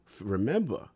remember